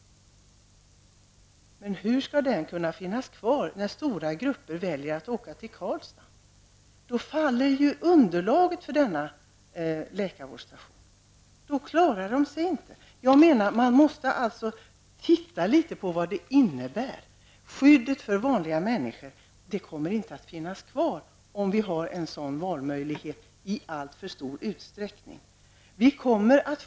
Men hur skall den kunna finnas kvar, när stora grupper väljer att åka till Karlstad? Då faller underlaget för denna läkarvårdsstation bort. Jag menar att man måste titta litet på vad detta innebär. Skyddet för vanliga människor kommer inte att finnas kvar, om vi i alltför stor utsträckning har en sådan valmöjlighet.